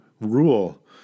rule